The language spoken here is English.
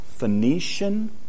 Phoenician